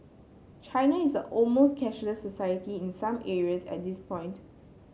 China is almost cashless society in some areas at this point